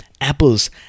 Apples